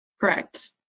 Correct